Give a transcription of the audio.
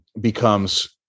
becomes